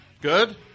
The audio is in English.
Good